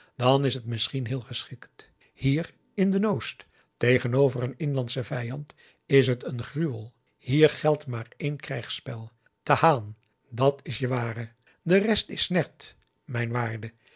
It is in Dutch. dan is het misschien heel geschikt hier in de n oost tegenover een inlandschen vijand is het een gruwel hier geldt maar één krijgsspel t a h a n dat is je ware de rest is snert mijn waarde